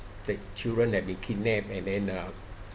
that children that they kidnapped and then uh